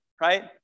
right